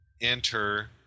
enter